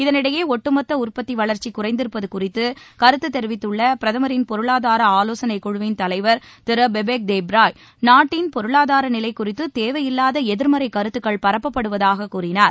இதனினடயே ஒட்டுமொத்த உற்பத்தி வளர்ச்சி குறைந்திருப்பது குறித்து கருத்து தெரிவித்துள்ள பிரதமின் பொருளாதார ஆலோசனை குழுவின் தலைவர் திரு பிபேக் தெப்ராய் நாட்டின் பொருளாதார நிலை குறித்து தேவையில்வாத எதிர்மறை கருத்துக்கள் பரப்பப்படுவதாக கூறினார்